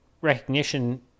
recognition